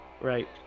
right